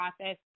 process